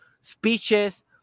speeches